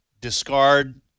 discard